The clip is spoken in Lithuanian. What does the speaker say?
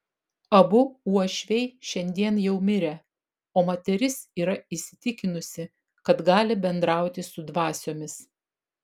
abu uošviai šiandien jau mirę o moteris yra įsitikinusi kad gali bendrauti su dvasiomis